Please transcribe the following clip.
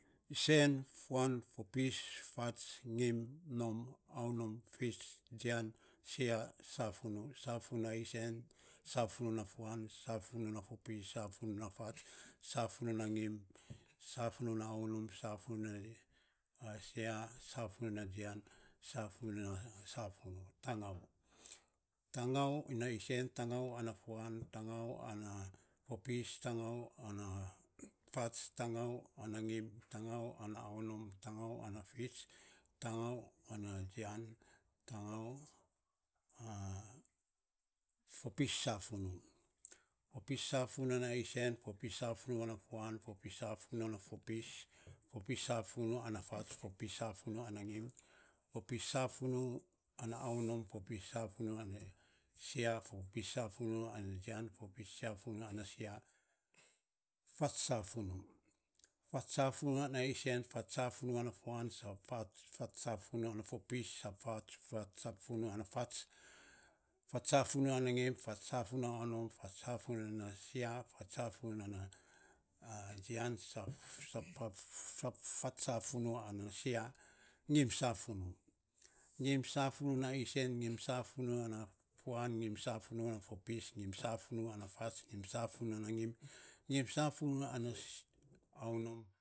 Sen, fuan, fopis, fats, ngim, aunom, fits, jian, sia, safunu. Safunu na isen, safunu na fuan, safunu na fopis, safunu na fats, safunu ngim, safuna aunom, safuna fits, safunu jian, safunu na sia, tangau, tangau isen, tangu ana fuan, tangau ana fopis, tangau ana fats, tangau ana ngim, tangau aunom tangau ana fits, tangau ana jian, tangau sia fopis safunu, fopis safunu isen, fopis safunu fuan, fopis safunu ana fats, fopis safunu ana ngim, fopis safunu ana aunom, fopis safunu ana fits, fopis safunu jian, fopis safunu sia. Fats safunu, fats safunu isen, fats safunu ana fuan, fats safunu ana fopis, fats safunu ana fats, fats safuna ana ngim, fats safuna ana aunom, fats safuna ana fits, fats safunu ana jian fats safunu ana sia, ngim safunu, ngim safunu ana isen, ngim safunu ana fuan, ngim safuna ana fopis, ngim safunu ana fats, ngim safuna ana ngim, ngim safuna ana aunom.